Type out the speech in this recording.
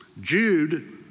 Jude